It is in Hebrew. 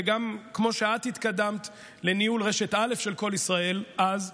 וגם כמו שאת התקדמת לניהול רשת א' של "קול ישראל" אז,